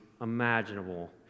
imaginable